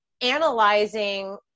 analyzing